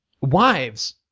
wives